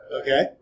okay